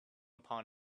upon